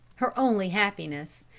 her only happiness,